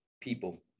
people